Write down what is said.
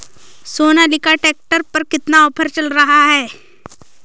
Sonalika tractor पर कितना offer चल रहा है?